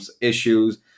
issues